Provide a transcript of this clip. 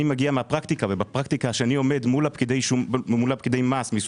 אני מגיע מהפרקטיקה וכשאני עומד מול פקידי מס מיסוי